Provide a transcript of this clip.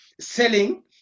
selling